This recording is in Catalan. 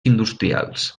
industrials